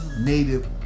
native